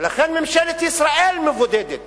לכן ממשלת ישראל מבודדת